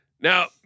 Now